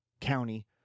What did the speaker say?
county